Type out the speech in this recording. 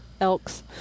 Elks